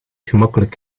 gemakkelijk